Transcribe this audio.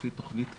לפי תוכנית תקיפה.